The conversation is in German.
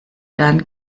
dann